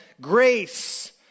grace